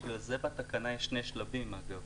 בגלל זה בתקנה יש שני שלבים, אגב.